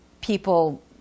people